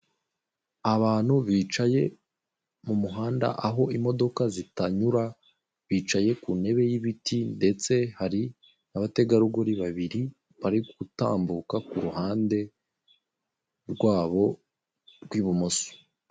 Abantu bicaye mu muhanda aho imodoka zitanyura bicaye ku ntebe y'ibiti hari abategarugori babiri barigutambuka ku ruhande rwaho rw'ibumoso.